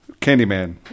Candyman